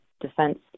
defense